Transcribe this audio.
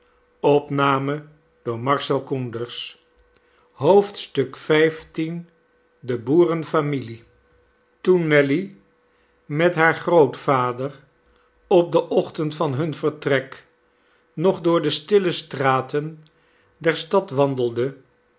xv de boerenfamilie toen nelly met haar grootvader op den ochtend van hun vertrek nog door de stille straten der stad wandelde